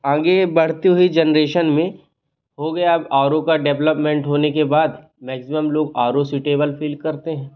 आगे बढ़ती हुई जनरेशन में हो गया अब आर ओ का डेवलपमेंट होने के बाद मैक्ज़िमम लोग आर ओ सूटेबल फील करते हैं